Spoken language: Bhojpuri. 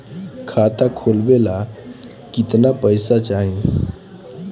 खाता खोलबे ला कितना पैसा चाही?